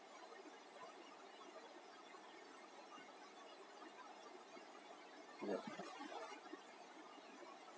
yeah